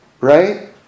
right